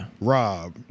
Rob